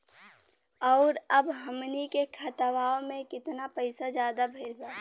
और अब हमनी के खतावा में कितना पैसा ज्यादा भईल बा?